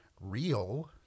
real